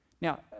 Now